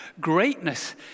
Greatness